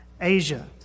Asia